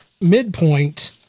midpoint